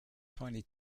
tiny